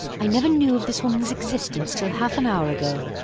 i never knew of this woman's existence till half an hour ago.